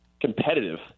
competitive